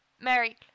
Mary